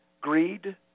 greed